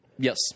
Yes